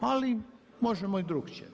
Ali možemo i drukčije.